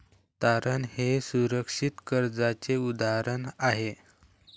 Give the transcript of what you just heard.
तारण हे सुरक्षित कर्जाचे उदाहरण आहे